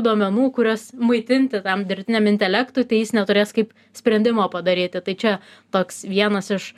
duomenų kuriuos maitinti tam dirbtiniam intelektui tai jis neturės kaip sprendimo padaryti tai čia toks vienas iš